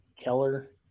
Keller